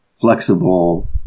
flexible